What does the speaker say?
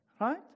Right